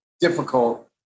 difficult